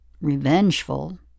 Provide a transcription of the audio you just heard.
revengeful